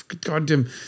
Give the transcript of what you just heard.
goddamn